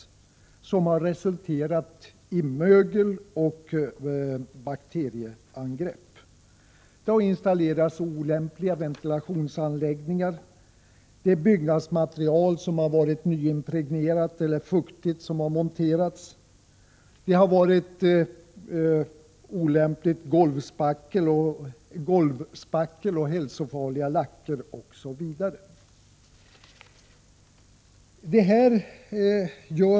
Detta byggfusk har resulterat i mögel och bakterieangrepp. Man har installerat olämpliga ventilationsanläggningar. Man har använt byggnadsmaterial som har varit nyimpregnerat eller fuktigt. Man har använt olämpligt golvspackel, hälsofarliga lacker, osv.